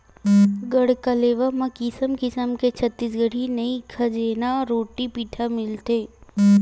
गढ़कलेवा म किसम किसम के छत्तीसगढ़ी खई खजेना, रोटी पिठा मिलथे